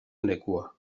lekua